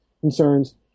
concerns